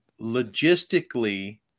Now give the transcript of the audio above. Logistically